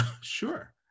sure